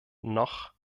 noch